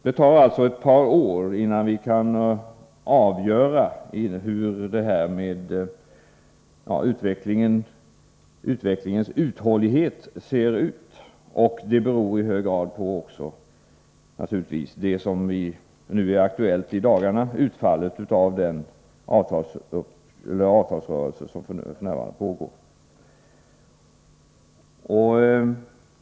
Det tar alltså ett par år, innan vi kan avgöra hur utvecklingens uthållighet ser ut, och det beror naturligtvis i hög grad också på det som är aktuellt nu i dagarna, nämligen utfallet av den pågående avtalsrörelsen.